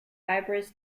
fibrous